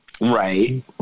Right